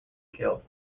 killed